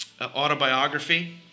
autobiography